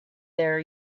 their